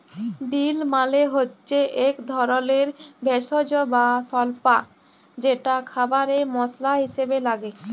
deal মালে হচ্যে এক ধরলের ভেষজ বা স্বল্পা যেটা খাবারে মসলা হিসেবে লাগে